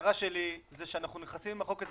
ההערה שלי היא שאנחנו נכנסים לחוק הזה